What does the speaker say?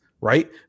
right